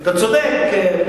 אתה צודק,